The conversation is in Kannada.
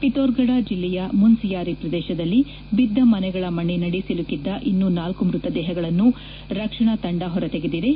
ಪಿತೋರ್ಗಢ ಜಿಲ್ಲೆಯ ಮುನ್ಸಿಯಾರಿ ಪ್ರದೇಶದಲ್ಲಿ ಬಿದ್ದ ಮನೆಗಳ ಮಣ್ಣಿನದಿ ಸಿಲುಕಿದ್ದ ಇನ್ನೂ ನಾಲ್ಕು ಮೃತದೇಹಗಳನ್ನು ರಕ್ಷಣಾ ತಂಡ ಹೊರ ತೆಗೆದಿದೆ